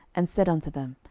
and said unto them,